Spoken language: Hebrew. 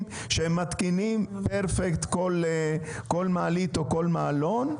שהם מתקינים פרפקט כל מעלית או כל מעלון,